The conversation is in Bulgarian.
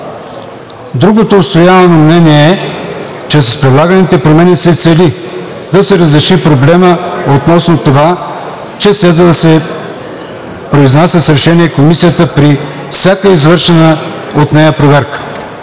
Другото отстоявано мнение е, че с предлаганите промени се цели да се разреши проблемът относно това дали следва да се произнася с решение Комисията при всяка извършвана от нея проверка.